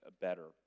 better